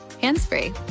hands-free